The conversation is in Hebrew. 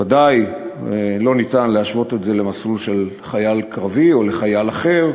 בוודאי לא ניתן להשוות את זה למסלול של חייל קרבי או חייל אחר,